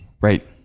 right